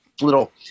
little